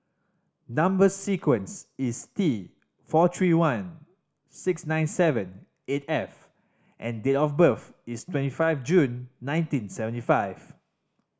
number sequence is T four three one six nine seven eight F and date of birth is twenty five June nineteen seventy five